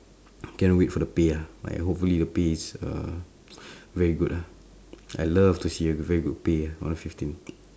can't wait for the pay ah I hopefully the pay is very good uh ah I love to see a very good pay ah on the fifteenth